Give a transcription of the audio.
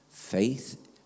faith